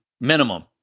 minimum